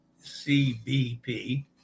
CBP